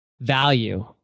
value